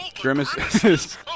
Grimace